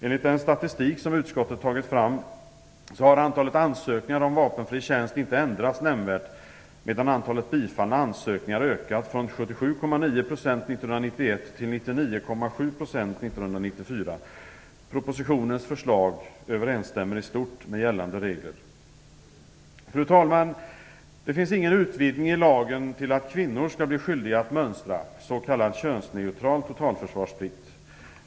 Enligt den statistik som utskottet tagit fram har antalet ansökningar om vapenfri tjänst inte ändrats nämnvärt medan antalet bifallna ansökningar ökat från 77,9 % år 1991 till 99,7 % år 1994. Propositionens förslag överensstämmer i stort med gällande regler. Fru talman! Det finns ingen utvidgning i lagen till att kvinnor skall bli skyldiga att mönstra, s.k. könsneutral totalförsvarsplikt.